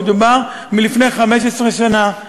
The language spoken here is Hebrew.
מדובר בלפני 15 שנה,